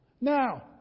Now